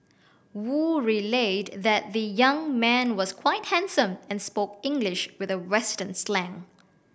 Wu relayed that the young man was quite handsome and spoke English with a western slang